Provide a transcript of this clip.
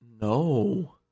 no